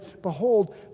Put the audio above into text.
Behold